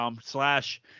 slash